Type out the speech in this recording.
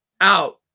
out